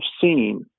seen